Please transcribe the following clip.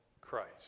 Christ